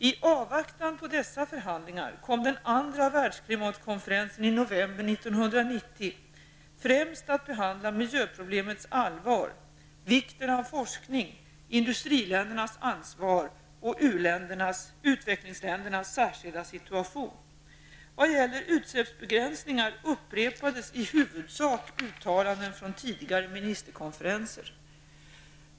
I avvaktan på dessa förhandlingar kom den andra världsklimatkonferensen i november 1990 främst att behandla miljöproblemets allvar, vikten av forskning, industriländernas ansvar och utvecklingsländernas särskilda situation. Vad gäller utsläppsbegränsningar upprepades i huvudsak uttalanden från tidigare ministerkonferenser.